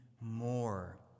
more